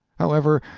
however,